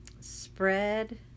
spread